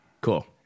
Cool